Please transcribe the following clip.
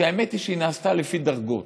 שהאמת היא שהיא נעשתה לפי דרגות.